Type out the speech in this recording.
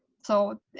so,